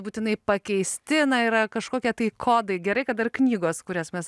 būtinai pakeisti na yra kažkokie tai kodai gerai kad dar knygos kurias mes